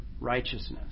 righteousness